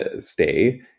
stay